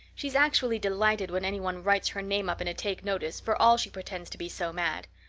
she's actually delighted when anyone writes her name up in a take-notice for all she pretends to be so mad.